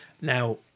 Now